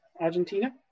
Argentina